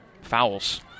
fouls